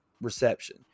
reception